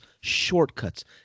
shortcuts